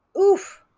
Oof